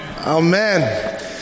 Amen